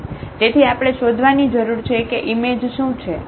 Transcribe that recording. તેથી આપણે શોધવાની જરૂર છે કે ઈમેજ શું છે અને Ker શું છે